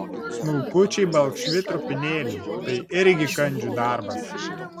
smulkučiai balkšvi trupinėliai tai irgi kandžių darbas